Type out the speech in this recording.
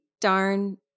darn